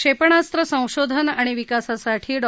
क्षेपणास्त्र संशोधन आणि विकासासाठी डॉ